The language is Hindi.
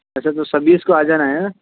अच्छा तो छब्बीस को आ जाना है ना